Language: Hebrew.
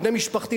בני משפחתי,